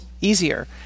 easier